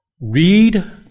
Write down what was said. Read